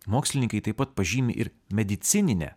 mokslininkai taip pat pažymi ir medicininę